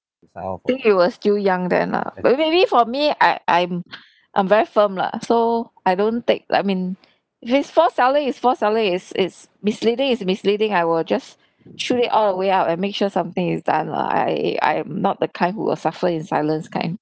think we were still young then lah but maybe for me I I'm I'm very firm lah so I don't take like I mean if it's forced selling is forced selling if it's misleading is misleading I will just shoot it all the way up and make sure something is done lah I I am not the kind who will suffer in silence kind